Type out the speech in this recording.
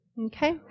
Okay